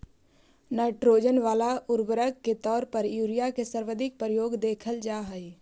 nitrogen वाला उर्वरक के तौर पर यूरिया के सर्वाधिक प्रयोग देखल जा हइ